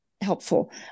helpful